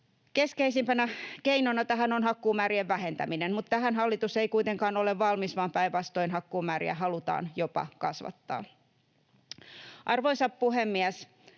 Keskeisimpänä keinona tähän on hakkuumäärien vähentäminen, mutta tähän hallitus ei kuitenkaan ole valmis, vaan päinvastoin hakkuumääriä halutaan jopa kasvattaa. Arvoisa puhemies!